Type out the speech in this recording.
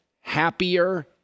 happier